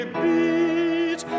beat